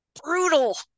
brutal